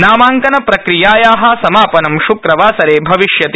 नामांकन प्रक्रियाया समापनं श्क्रवासरे भविष्यति